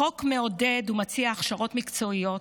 החוק מעודד ומציע הכשרות מקצועיות.